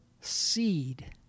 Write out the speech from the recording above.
seed